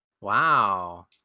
Wow